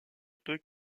peut